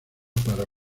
para